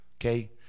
Okay